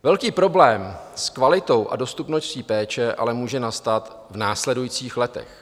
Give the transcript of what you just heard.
Velký problém s kvalitou a dostupností péče ale může nastat v následujících letech.